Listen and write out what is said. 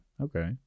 Okay